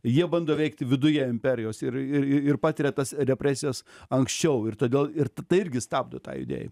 jie bando veikti viduje imperijos ir ir ir patiria tas represijas anksčiau ir todėl ir tai irgi stabdo tą judėji